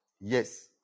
Yes